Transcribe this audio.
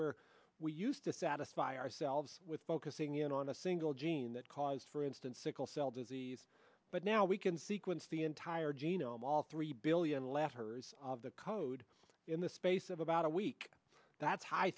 where we used to satisfy ourselves with focusing in on a single gene that cause for instance sickle cell disease but now we can sequence the entire genome all three billion last heard of the code in the space of about a week that's high